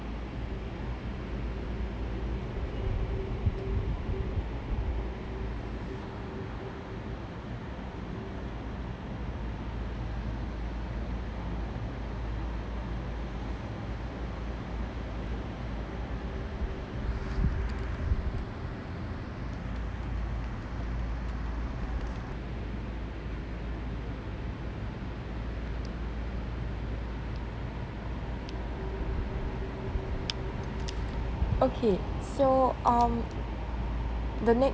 okay so um the next